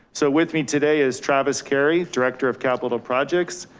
so with me today is travis kerry, director of capital projects.